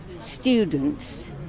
students